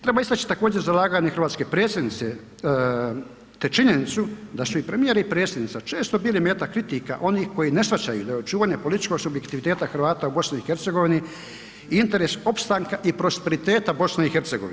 Treba istači također zalaganje hrvatske predsjednice te činjenicu da su premijer i predsjednica često bili meta kritika onih koji ne shvaćaju da očuvanje političkog subjektiviteta Hrvata u BiH interes opstanka i prosperiteta BiH.